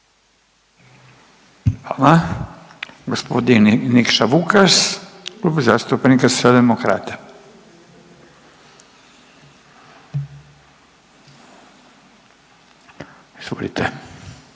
Hvala. Gospodin Nikša Vukas, Klub zastupnika Socijaldemokrata. Izvolite.